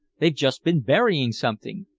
they've just been burying something!